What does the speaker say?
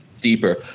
deeper